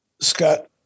Scott